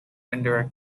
indirect